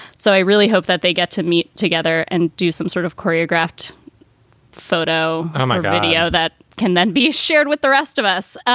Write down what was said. so i really hope that they get to meet together and do some sort of choreographed photo. oh, my god. yeah idea that can then be shared with the rest of us.